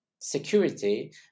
security